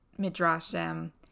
midrashim